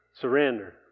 surrender